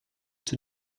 tout